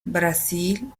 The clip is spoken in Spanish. brasil